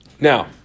Now